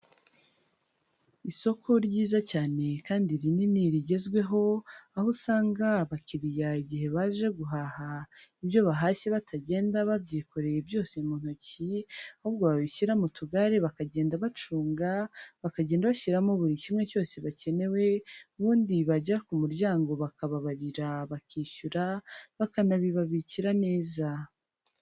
Isoko ryiza cyane kandi rinini rigezweho, aho usanga abakiriya igihe baje guhaha, ibyo bahashye batagenda babyikoreye byose mu ntoki, ahubwo babishyira mu tugare bakagenda bacunga, bakagenda bashyiramo buri kimwe cyose bakenewe, ubundi bagera ku muryango bakababarira, bakishyura, bakanabibabikira neza.